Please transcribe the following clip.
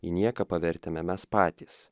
į nieką pavertėme mes patys